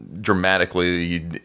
dramatically